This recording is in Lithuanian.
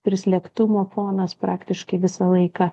prislėgtumo fonas praktiškai visą laiką